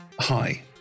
Hi